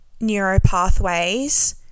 neuropathways